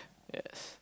yes